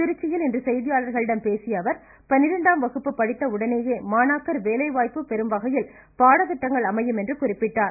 திருச்சியில் இன்று செய்தியாளர்களிடம் பேசிய அவர் பன்னிரெண்டாம் வகுப்பு முடித்த உடனேயே மாணாக்கர் வேலைவாய்ப்பு பெறும் வகையில் பாடத்திட்டங்கள் அமையும் என்று குறிப்பிட்டார்